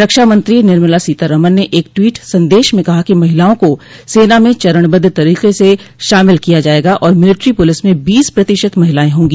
रक्षामंत्री निर्मला सीतारमन ने एक ट्वीट संदेश में कहा कि महिलाओं को सेना में चरणबद्ध तरीके से शामिल किया जाएगा और मिलिट्री पुलिस में बीस प्रतिशत महिलाएं होंगी